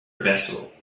vessel